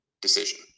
decision